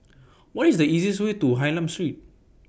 What IS The easiest Way to Hylam Street